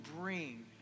bring